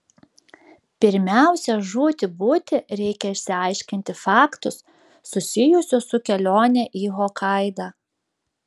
pirmiausia žūti būti reikia išaiškinti faktus susijusius su kelione į hokaidą